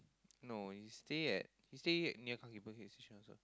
no he stay at he stay near Kaki-Bukit Station also